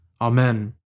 Amen